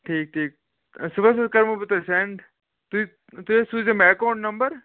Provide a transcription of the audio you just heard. ٹھیٖک ٹھیٖک صُبحَس حظ کَرہو بہٕ تۄہہِ سینٛڈ تُہۍ تُہۍ حظ سوٗزیٚو مےٚ ایکاوُنٛٹ نمبر